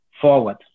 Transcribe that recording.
forward